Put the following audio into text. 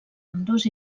ambdós